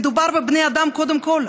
מדובר בבני אדם קודם כול,